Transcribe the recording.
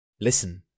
Listen